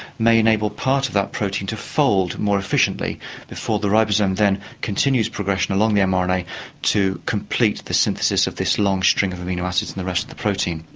may enable part of that protein to fold more efficiently before the ribosome then continues progression along the um um and mrna to complete the synthesis of this long string of amino acids and the rest of the protein.